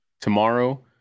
Tomorrow